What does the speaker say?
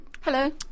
Hello